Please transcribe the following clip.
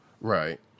Right